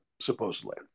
supposedly